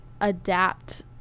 adapt